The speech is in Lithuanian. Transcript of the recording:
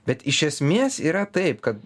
bet iš esmės yra taip kad